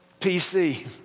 PC